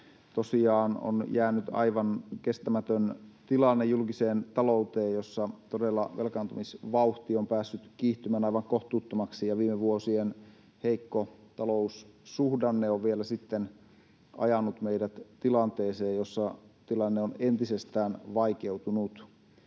tosiaan on jäänyt aivan kestämätön tilanne julkiseen talouteen, jossa todella velkaantumisvauhti on päässyt kiihtymään aivan kohtuuttomaksi, ja viime vuosien heikko taloussuhdanne on vielä sitten ajanut meidät tilanteeseen, jossa tilanne on entisestään vaikeutunut.